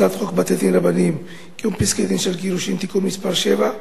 הצעת חוק בתי-דין רבניים (קיום פסקי-דין של גירושין) (תיקון מס' 7)